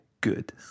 Good